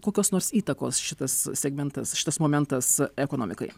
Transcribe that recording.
kokios nors įtakos šitas segmentas šitas momentas ekonomikai